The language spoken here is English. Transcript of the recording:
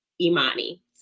Imani